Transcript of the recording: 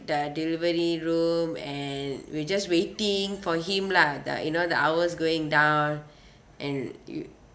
the delivery room and we just waiting for him lah the you know the hours going down and you